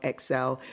XL